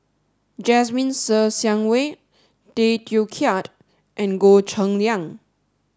Jasmine Ser Xiang Wei Tay Teow Kiat and Goh Cheng Liang